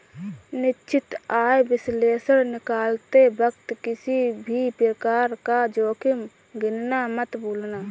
निश्चित आय विश्लेषण निकालते वक्त किसी भी प्रकार का जोखिम गिनना मत भूलना